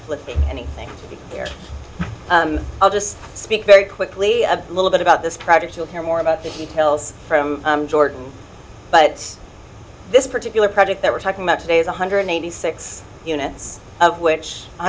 living anything here i'll just speak very quickly a little bit about this project you'll hear more about the details from jordan but this particular project that we're talking about today is one hundred eighty six units of which